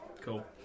Cool